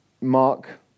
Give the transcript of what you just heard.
Mark